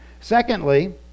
Secondly